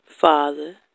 father